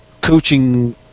coaching